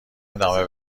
ادامه